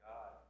God